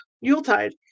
yuletide